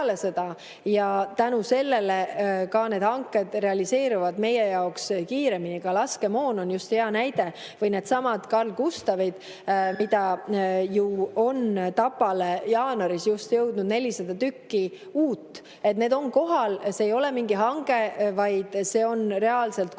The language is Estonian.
Tänu sellele ka need hanked realiseeruvad meie jaoks kiiremini. Laskemoon on just hea näide. Või needsamad Carl-Gustavid, mida Tapale jõudis jaanuaris 400 tükki, uut – need on kohal. See ei ole mingi hange, vaid need on reaalselt kohale